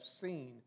seen